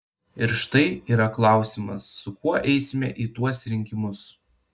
ir štai yra klausimas su kuo eisime į tuos rinkimus